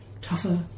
tougher